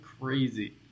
crazy